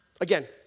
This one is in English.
again